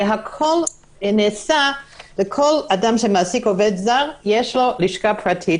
ולכל אדם שמעסיק עובד זר יש לו לשכה פרטית,